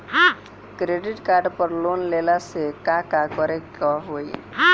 Credit card पर loan लेला से का का करे क होइ?